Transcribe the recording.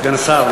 סגן השר,